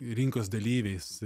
rinkos dalyviais